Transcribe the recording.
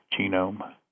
genome